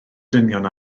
dynion